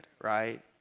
right